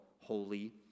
holy